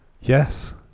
Yes